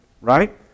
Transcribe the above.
right